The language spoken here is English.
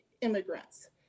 immigrants